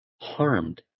harmed